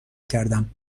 کردم